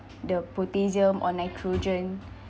the potassium or nitrogen